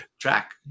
track